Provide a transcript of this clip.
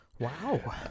Wow